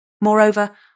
Moreover